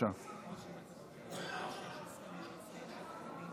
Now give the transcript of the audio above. הממשלה בדבר העברת סמכויות לשר המורשת.